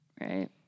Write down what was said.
Right